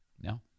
no